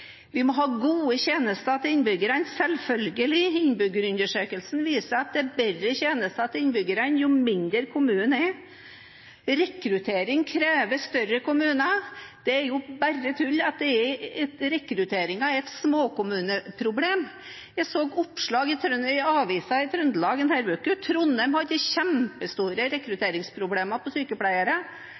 Vi må ha gode tjenester til innbyggerne, sies det. Ja, selvfølgelig. Innbyggerundersøkelsen viser at innbyggerne får bedre tjenester jo mindre kommunene er. Rekruttering krever større kommuner, sies det. Det er bare tull at rekruttering er et småkommuneproblem. Jeg så et oppslag i Trønder-Avisa denne uken. Trondheim har kjempestore problemer med rekruttering av sykepleiere. Det er stor manko på sykepleiere